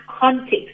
context